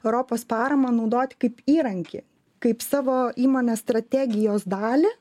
europos paramą naudoti kaip įrankį kaip savo įmonės strategijos dalį